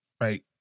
Right